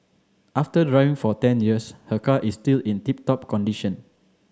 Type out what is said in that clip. after driving for ten years her car is still in tip top condition